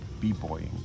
b-boying